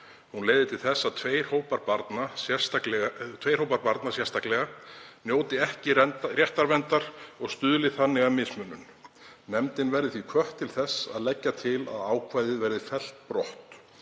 Hún leiði til þess að tveir hópar barna sérstaklega njóti ekki réttarverndar og stuðli þannig að mismunun. Nefndin var því hvött til þess að leggja til að ákvæðið verði fellt brott.“